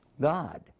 God